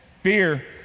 Fear